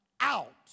out